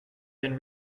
than